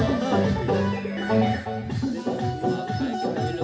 हम उच्च शिक्षा के लेल छात्र ऋण के लेल ऋण छी की ने?